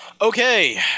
Okay